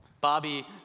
Bobby